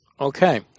Okay